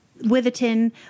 Witherton